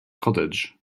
cottage